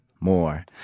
more